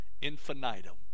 infinitum